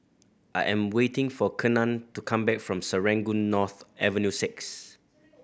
I am waiting for Kenan to come back from Serangoon North Avenue Six